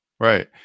Right